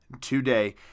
today